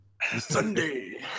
Sunday